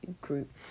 group